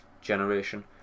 generation